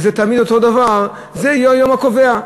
שזה תמיד אותו דבר, זה יהיה היום הקובע.